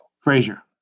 Frazier